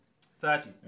Thirty